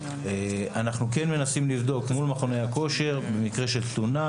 אנחנו כן מנסים לבדוק מול מכוני הכושר במקרה של תלונה,